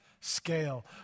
scale